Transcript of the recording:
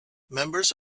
members